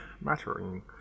mattering